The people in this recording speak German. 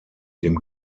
dem